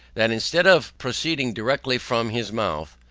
that instead of proceeding directly from his mouth,